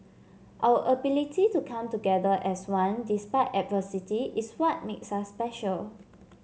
our ability to come together as one despite adversity is what makes us special